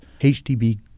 HDB